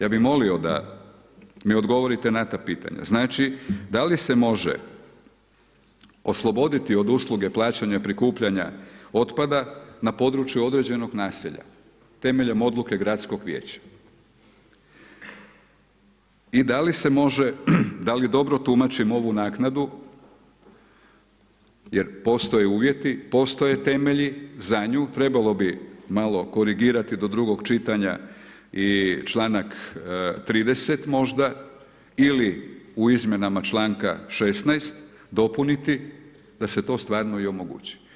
Ja bi molio da mi odgovorite na ta pitanja, znači da li se može osloboditi od usluge plaćanja prikupljanja otpada na području određenog naselja temeljem odluke gradskog vijeća i da li se može, da li dobro tumačim ovu naknadu jer postoje uvjeti, postoje temelji za nju trebalo bi malo korigirati do drugog čitanja i članak 30. možda ili u izmjenama članka 16. dopuniti da se to stvarno i omogući.